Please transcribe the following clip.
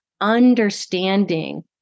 understanding